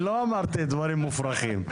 מבין, לא אמרתי דברים מופרכים.